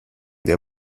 der